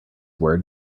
word